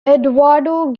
eduardo